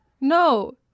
No